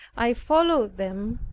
i followed them,